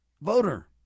voter